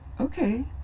okay